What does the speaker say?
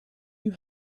you